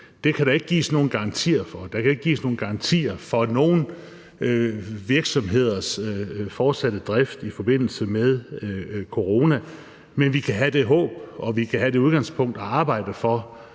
Det kan der ikke gives nogen garantier for; der kan ikke gives nogen garantier for nogen virksomheders fortsatte drift i forbindelse med coronasituationen, men vi kan have det håb, og vi kan have det udgangspunkt at arbejde for